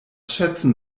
schätzen